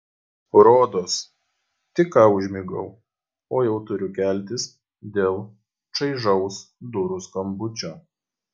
rodos tik ką užmigau o jau turiu keltis dėl čaižaus durų skambučio